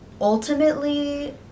ultimately